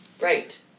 Right